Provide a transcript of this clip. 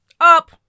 Up